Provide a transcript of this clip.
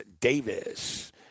Davis